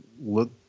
look